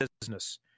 business